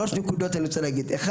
אני רוצה להגיד שלוש נקודות: א',